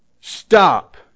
Stop